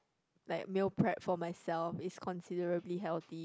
like meal prep for myself is considerably healthy